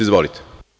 Izvolite.